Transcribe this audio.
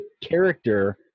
character